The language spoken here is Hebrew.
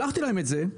שלחתי להם את זה,